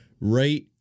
right